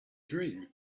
dream